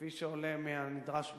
כפי שעולה מהנדרש בדוח.